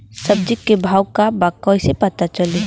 सब्जी के भाव का बा कैसे पता चली?